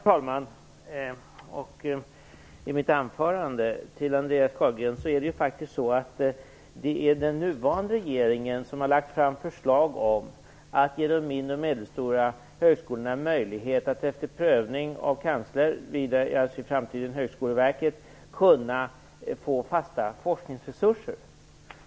Herr talman! Som jag tidigare sade i mitt anförande är det den nuvarande regeringen som har lagt fram förslag om att ge de mindre och medelstora högskolorna möjlighet att efter prövning hos Kanslersämbetet - i framtiden Högskoleverket - kunna få fasta forskningsresurser.